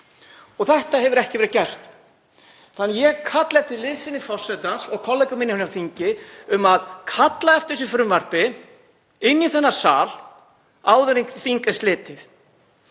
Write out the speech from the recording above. og þetta hefur ekki verið gert. Ég kalla eftir liðsinni forsetans og kollega minna hér á þingi við að kalla eftir þessu frumvarpi inn í þennan sal áður en þingi er slitið.